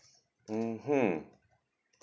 mmhmm